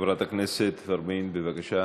חברת הכנסת ורבין, בבקשה,